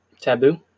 taboo